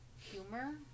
humor